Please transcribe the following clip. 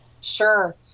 Sure